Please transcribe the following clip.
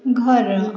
ଘର